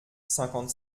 cinquante